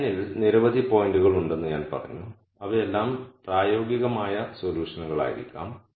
ഈ ലൈനിൽ നിരവധി പോയിന്റുകൾ ഉണ്ടെന്ന് ഞാൻ പറഞ്ഞു അവയെല്ലാം പ്രായോഗികമായ സൊല്യൂഷനുകളായിരിക്കാം